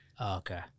Okay